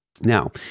Now